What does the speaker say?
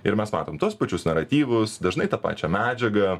ir mes matom tuos pačius naratyvus dažnai tą pačią medžiagą